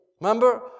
Remember